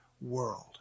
World